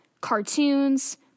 cartoons